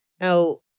Now